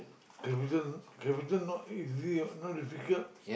capital capital not easy [what] not difficult